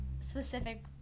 specific